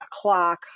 o'clock